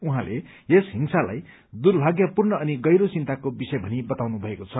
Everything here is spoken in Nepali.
उहाँले यस हिंसालाई दुर्भाग्यपूर्ण अनि गहिरो चिन्ताको विषय भनी बताउनु भएको छ